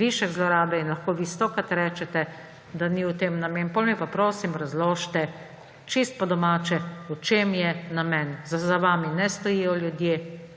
Višek zlorabe. In lahko vi stokrat rečete, da ni v tem namen, potem mi pa, prosim, razložite čisto po domače, v čem je namen. Za vami ne stojijo ljudje,